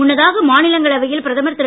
முன்னதாக மாநிலங்களவையில் பிரதமர் திரு